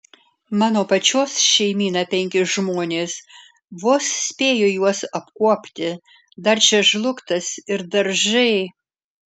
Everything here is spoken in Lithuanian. mano pačios šeimyna penki žmonės vos spėju juos apkuopti dar čia žlugtas ir daržai